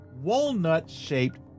walnut-shaped